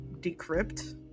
decrypt